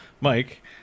Mike